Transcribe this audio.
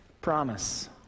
promise